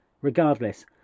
Regardless